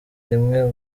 rimwe